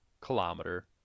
kilometer